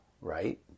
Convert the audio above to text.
right